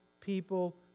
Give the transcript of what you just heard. people